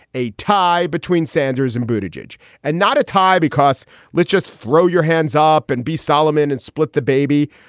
a tie between sanders and bhuta jej jej and not a tie, because let's just throw your hands up and be solomon and split the baby.